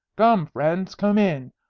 come, friends, come in,